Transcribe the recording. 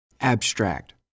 Abstract